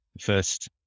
first